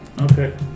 Okay